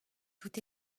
tout